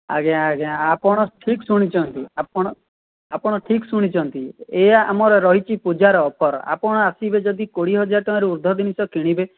ଆଜ୍ଞା ଆଜ୍ଞା ଆପଣ ଠିକ୍ ଶୁଣିଛନ୍ତି ଆପଣ ଆପଣ ଠିକ୍ ଶୁଣିଛନ୍ତି ଏହା ଆମର ରହିଛି ପୂଜାର ଅଫର୍ ଆପଣ ଆସିବେ ଯଦି କୋଡ଼ିଏ ହଜାର ଟଙ୍କାରୁ ଉର୍ଦ୍ଧ୍ଵ ଜିନିଷ କିଣିବେ